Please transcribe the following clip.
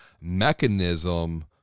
mechanism